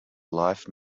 life